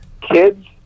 kids